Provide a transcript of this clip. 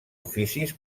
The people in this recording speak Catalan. oficis